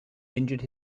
injured